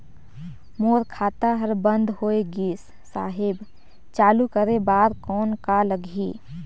मोर खाता हर बंद होय गिस साहेब चालू करे बार कौन का लगही?